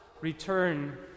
return